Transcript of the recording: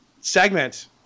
segment